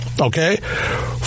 okay